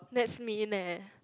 that's mean eh